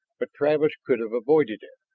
but travis could have avoided it,